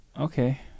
Okay